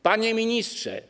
Panie Ministrze!